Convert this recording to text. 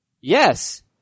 Yes